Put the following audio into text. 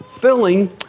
filling